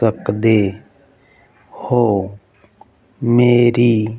ਸਕਦੇ ਹੋ ਮੇਰੀ